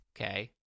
okay